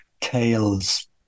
tales